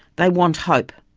they want hope.